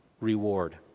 reward